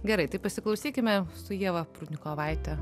gerai taip pasiklausykime su ieva prudnikovaite